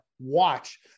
watch